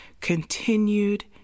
continued